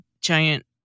giant